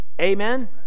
Amen